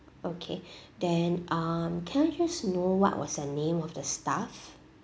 okay then um can I just know what was the name of the staff